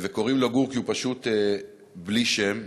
קוראים לו "גור" כי הוא פשוט בלי שם,